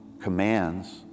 commands